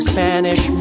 Spanish